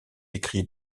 écrits